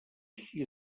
així